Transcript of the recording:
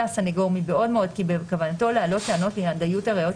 הסנגור מבעוד מועד כי בכוונתו להעלות טענות לעניין דיות הראיות,